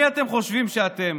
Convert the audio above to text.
מי אתם חושבים שאתם,